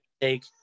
Take